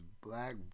Black